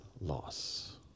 loss